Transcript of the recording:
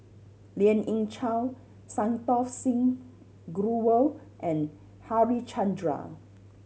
Lien Ying Chow Santokh Singh Grewal and Harichandra